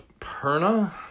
Perna